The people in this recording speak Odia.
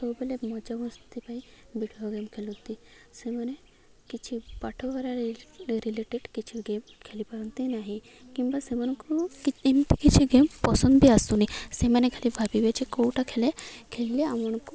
ସବୁବେଲେ ମଜା ମସ୍ତି ପାଇଁ ଭିଡ଼ିଓ ଗେମ୍ ଖେଲୁଛନ୍ତି ସେମାନେ କିଛି ପାଠ ପଢ଼ା ରିଲେଟେଡ଼୍ କିଛି ଗେମ୍ ଖେଲିପାରନ୍ତି ନାହିଁ କିମ୍ବା ସେମାନଙ୍କୁ ଏମିତି କିଛି ଗେମ୍ ପସନ୍ଦ ବି ଆସୁନି ସେମାନେ ଖାଲି ଭାବିବେ ଯେ କେଉଁଟା ଖେଲେ ଖେଲିଲେ ଆମଙ୍କୁ